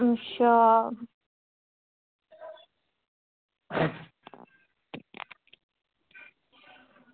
अच्छा